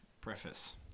preface